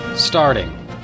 Starting